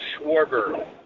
Schwarber